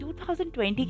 2020